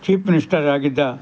chief ಮಿನಿಸ್ಟರಾಗಿದ್ದ